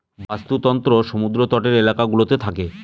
বাস্তুতন্ত্র সমুদ্র তটের এলাকা গুলোতে থাকে